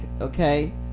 okay